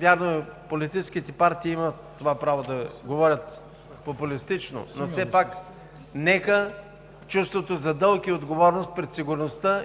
Вярно, политическите партии имат право да говорят популистично, но все пак нека чувството за дълг и отговорност пред сигурността